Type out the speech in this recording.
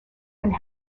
and